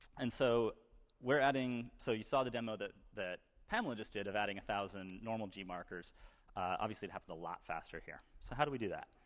and so we're adding so you saw the demo that that pamela just did of adding a thousand normal gmarkers. obviously, it happened a lot faster here. so how do we do that?